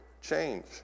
change